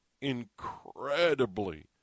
incredibly